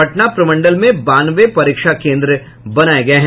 पटना प्रमंडल में बानवे परीक्षा केंद्र बनाये गये है